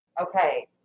Okay